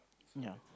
ya